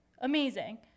Amazing